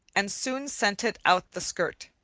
and soon scented out the skirt.